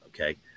Okay